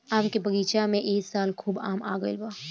आम के बगीचा में ए साल खूब आम आईल बा